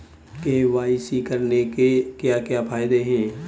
KYC करने के क्या क्या फायदे हैं?